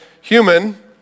human